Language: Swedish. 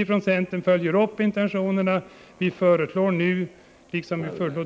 I centern följer vi upp intentionerna från kyrkomötet